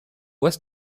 west